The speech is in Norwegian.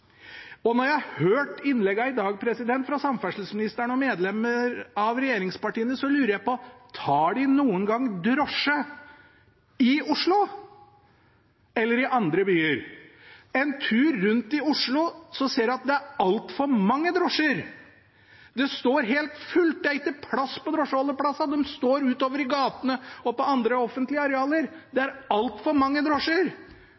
jeg har hørt innleggene i dag, fra samferdselsministeren og medlemmer av regjeringspartiene, lurer jeg på: Tar de noen gang drosje i Oslo eller i andre byer? På en tur rundt i Oslo ser en at det er altfor mange drosjer. Det står helt fullt – det er ikke plass på drosjeholdeplassene. De står utover i gatene og på andre offentlige arealer. Det er altfor mange drosjer.